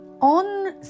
on